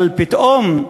אבל פתאום,